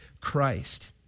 Christ